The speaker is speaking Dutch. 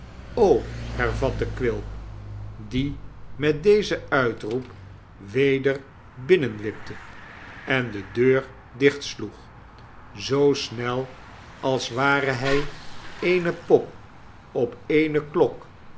hervatte quilp die met dezen uitroep weder binnenwipte en de deur dichtsloeg zoo snel als ware hij eene pop op eene klok